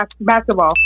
Basketball